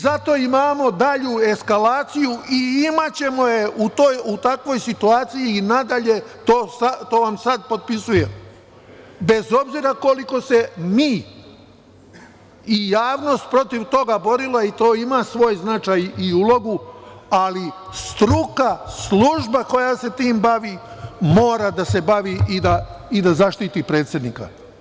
Zato imamo dalju eskalaciju i imaćemo je u takvoj situaciji i nadalje, to vam sad potpisujem, bez obzira koliko se mi i javnost protiv toga borila, i to ima svoj značaj i ulogu, ali struka, služba koja se tim bavi, mora da se bavi i da zaštiti predsednika.